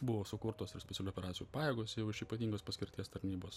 buvo sukurtos ir specialiųjų operacijų pajėgos jau iš ypatingos paskirties tarnybos